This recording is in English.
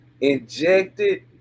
injected